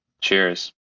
Cheers